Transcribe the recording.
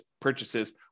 purchases